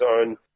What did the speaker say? own